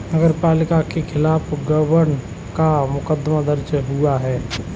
नगर पालिका के खिलाफ गबन का मुकदमा दर्ज हुआ है